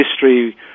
history